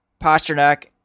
Pasternak